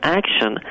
action